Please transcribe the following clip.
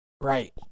Right